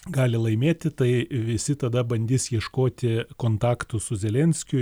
gali laimėti tai visi tada bandys ieškoti kontaktų su zelenskiu